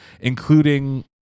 including